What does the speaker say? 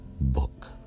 book